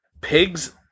Pigs